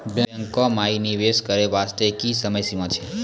बैंको माई निवेश करे बास्ते की समय सीमा छै?